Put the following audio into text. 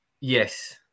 Yes